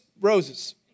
roses